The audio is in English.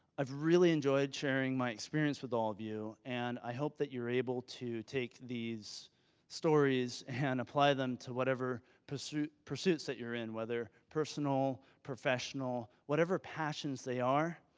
i've really enjoyed sharing my experience with all of you and i hope that you're able to take these stories and apply them to whatever pursuits pursuits that you're in and whether personal, professional, whatever passions they are,